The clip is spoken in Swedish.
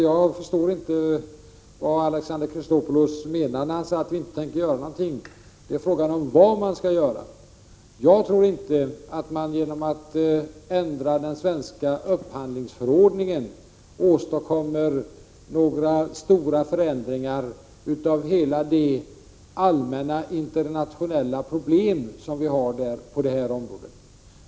Jag förstår inte vad Alexander Chrisopoulos menar när han säger att regeringen inte tänker göra någonting. Frågan är ju vad man skall göra. Jag tror inte att man genom att ändra den svenska upphandlingsförordningen åstadkommer några stora förändringar av det allmänna internationella problem som finns på detta område.